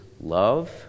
love